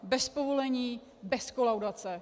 Bez povolení, bez kolaudace.